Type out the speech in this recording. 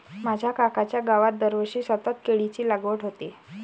माझ्या काकांच्या गावात दरवर्षी सतत केळीची लागवड होते